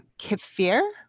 Kefir